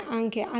anche